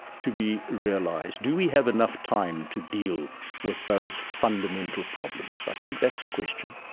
to be realized? do we have enough time to deal with those fundamental problems? i think that's a question.